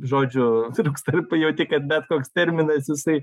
žodžių trūksta arba jauti kad bet koks terminas jisai